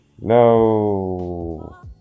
No